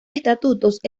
estatutos